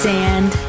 Sand